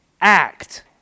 act